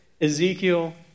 Ezekiel